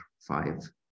five